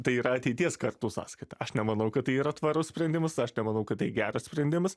tai yra ateities kartų sąskaita aš nemanau kad tai yra tvarus sprendimas aš nemanau kad tai geras sprendimas